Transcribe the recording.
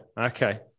Okay